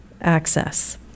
access